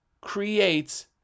creates